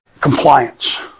Compliance